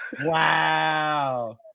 Wow